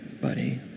buddy